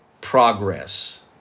Progress